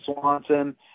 Swanson